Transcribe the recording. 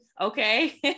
okay